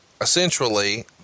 essentially